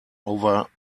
over